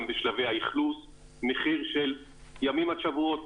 גם בשלבי האכלוס - מחיר של ימים עד שבועות,